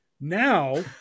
Now